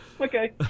okay